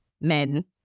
men